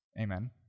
Amen